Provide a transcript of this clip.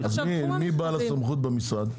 מי בעל הסמכות במשרד?